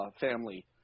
family